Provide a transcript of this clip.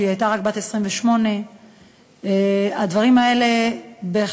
שהייתה רק בת 28. הדברים האלה בהחלט,